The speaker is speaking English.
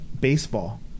baseball